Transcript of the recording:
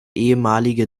ehemalige